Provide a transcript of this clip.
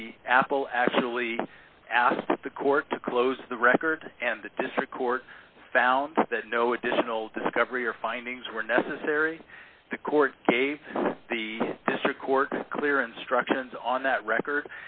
the apple actually asked the court to close the record and the district court found that no additional discovery or findings were necessary the court gave the district court clear instructions on that record